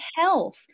health